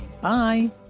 Bye